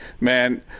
man